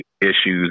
issues